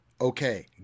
Okay